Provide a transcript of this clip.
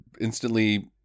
instantly